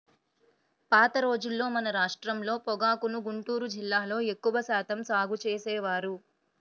పాత రోజుల్లో మన రాష్ట్రంలో పొగాకుని గుంటూరు జిల్లాలో ఎక్కువ శాతం సాగు చేసేవారు